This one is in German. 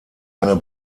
eine